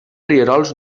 rierols